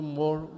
more